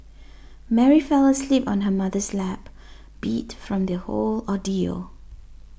Mary fell asleep on her mother's lap beat from the whole ordeal